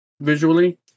visually